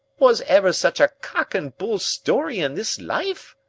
was ever such a cock-and-bull story in this life?